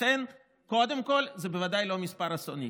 לכן, קודם כול זה בוודאי לא מספר אסוני.